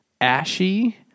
ashy